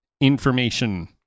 information